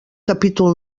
capítol